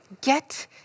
get